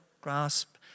grasp